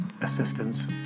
assistance